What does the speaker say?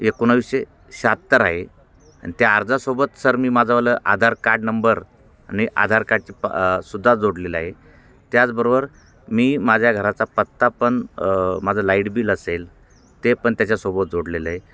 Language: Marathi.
एकोणाविशे शाहत्तर आहे आणि त्या अर्जासोबत सर मी माझावालं आधार कार्ड नंबर आणि आधार कार्डचे प सुद्धा जोडलेलं आहे त्याचबरोबर मी माझ्या घराचा पत्ता पण माझं लाईट बिल असेल ते पण त्याच्यासोबत जोडलेलं आहे